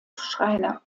schreiner